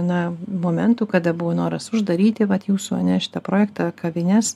na momentų kada buvo noras uždaryti vat jūsų ar ne šitą projektą kavines